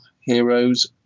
Heroes